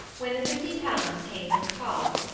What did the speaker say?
when the fifty pounds came from cobb,